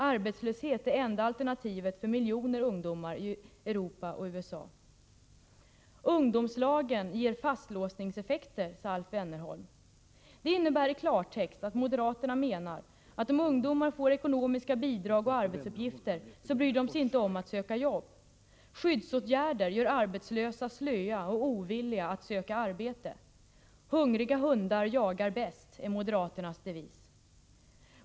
Arbetslöshet är det enda alternativet för miljoner ungdomar i Europa och USA. Ungdomslagen ger fastlåsningseffekter, sade Alf Wennerfors. Det innebär i klartext att moderaterna menar att om ungdomar får ekonomiska bidrag och arbetsuppgifter så bryr de sig inte om att söka jobb. Skyddsåtgärder gör arbetslösa slöa och ovilliga att söka arbete. Hungriga hundar jagar bäst, är moderaternas devis.